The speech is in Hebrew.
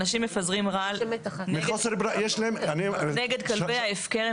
אנשים מפזרים רעל נגד כלבי ההפקר?